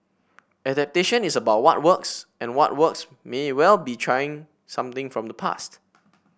adaptation is about what works and what works may well be trying something from the past